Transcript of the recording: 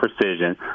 precision